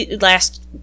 last